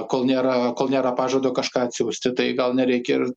kol nėra kol nėra pažado kažką atsiųsti tai gal nereikia ir